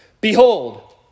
Behold